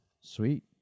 sweet